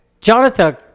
Jonathan